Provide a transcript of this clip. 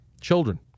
children